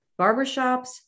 barbershops